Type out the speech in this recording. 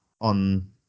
On